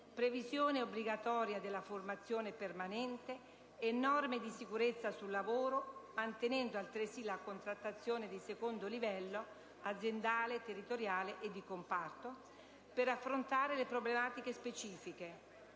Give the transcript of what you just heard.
previsione obbligatoria della formazione permanente e le norme di sicurezza sul lavoro mantenendo altresì la contrattazione di secondo livello, aziendale territoriale o di comparto, per affrontare le problematiche specifiche;